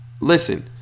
listen